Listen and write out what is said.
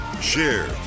share